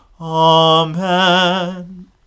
Amen